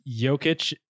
Jokic